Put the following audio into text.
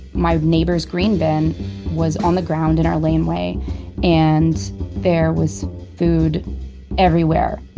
my neighbor's green bin was on the ground in our laneway and there was food everywhere.